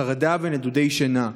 חרדה ונדודי שינה,